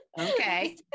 Okay